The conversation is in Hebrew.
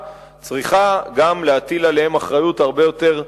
צריכה גם להטיל עליהם אחריות הרבה יותר כבדה.